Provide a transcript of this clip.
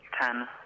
ten